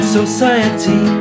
society